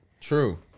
True